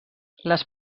les